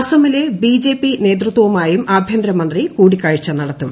അസമിലെ ബിജെപി നേതൃത്വവുമായും ആഭ്യന്തരമന്ത്രി കൂടിക്കാഴ്ച നടത്തും